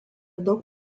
daug